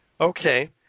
Okay